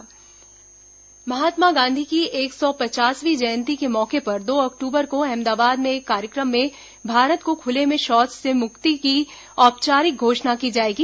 ODF घोषणा महात्मा गांधी की एक सौ पचासवीं जयंती के मौके पर दो अक्टूबर को अहमदाबाद में एक कार्यक्रम में भारत को खुले में शौच से मुक्ति की औपचारिक घोषणा की जाएगी